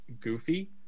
goofy